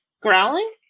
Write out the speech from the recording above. growling